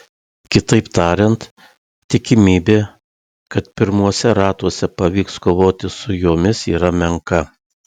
kitaip tariant tikimybė kad pirmuose ratuose pavyks kovoti su jomis yra menka